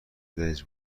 دنج